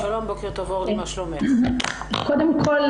קודם כל,